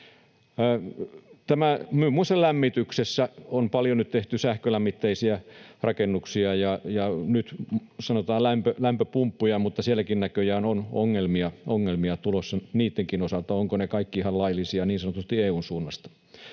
Muun muassa lämmityksessä on paljon nyt tehty sähkölämmitteisiä rakennuksia ja, sanotaan, lämpöpumppuja, mutta sielläkin näköjään on ongelmia tulossa niittenkin osalta, että ovatko ne kaikki ihan laillisia, niin sanotusti EU:n suunnasta.